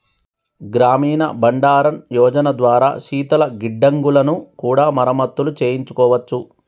గ్రామీణ బండారన్ యోజన ద్వారా శీతల గిడ్డంగులను కూడా మరమత్తులు చేయించుకోవచ్చు